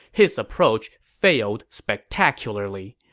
his approach failed spectacularly.